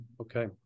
okay